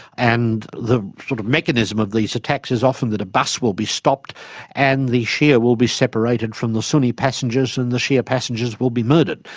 and the sort of mechanism of these attacks is often that a bus will be stopped and the shia will be separated from the sunni passengers and the shia passengers will be murdered.